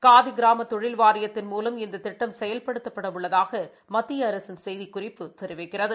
காதி கிராம தொழில் வாரியத்தின் மூலம் இந்த திட்டம் செயல்படுத்தப்பட உள்ளதாக மத்திய அரசின் செய்திக்குறிப்பு தெரிவிக்கிறது